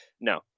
No